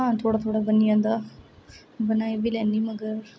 हां थोह्ड़ थोह्ड़ा बनी जंदा बनाई बी लैन्नी मगर